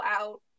out